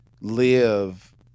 live